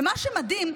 ומה שמדהים,